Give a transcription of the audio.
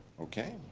okay.